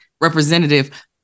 representative